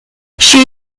she